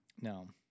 No